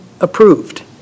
approved